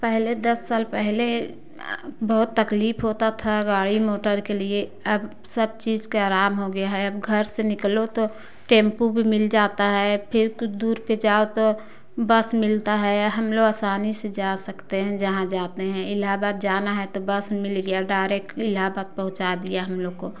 पहले दस साल पहले बहुत तकलीफ होता था गाड़ी मोटर के लिए अब सब चीज के आराम हो गया है अब घर से निकलो तो टेंपू भी मिल जाता है फिर कुछ दूर पर जाओ तो बस मिलता है हम लोग असानी से जा सकते हैं जहाँ जाते हैं इलाहाबाद जाना है तो बस मिल गया डायरेक्ट इलाहाबाद पहुँचा दिया हम लोग को